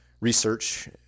research